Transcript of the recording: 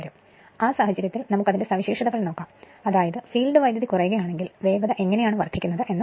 എന്നാൽ ആ സാഹചര്യത്തിൽ നമുക് അതിന്റെ സവിശേഷതകൾ കാണാം ഫീൽഡ് വൈദ്യുതി കുറയുകയാണെങ്കിൽ വേഗത എങ്ങനെയാണ് വർധിക്കുന്നത് എന്ന്